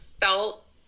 felt